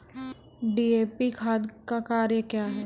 DAP खाद का क्या कार्य हैं?